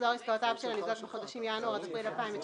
מחזור עסקאותיו של הניזוק בחודשים ינואר עד אפריל 2019,